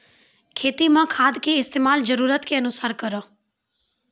खेती मे खाद के इस्तेमाल जरूरत के अनुसार करऽ